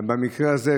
במקרה הזה,